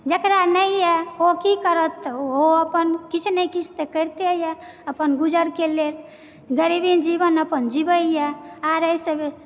जेकरा नहिए ओ की करत ओहो अपन किछु न किछु त करितेए अपन गुजरके लेल गरीबी जीवन अपन जीवयए आओर एहिसँ बेसी